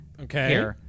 Okay